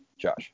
Josh